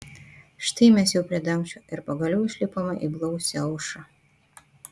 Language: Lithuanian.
štai mes jau prie dangčio ir pagaliau išlipome į blausią aušrą